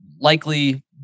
Likely